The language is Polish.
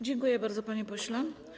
Dziękuję bardzo, panie pośle.